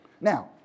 Now